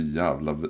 jävla